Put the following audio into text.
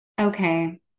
Okay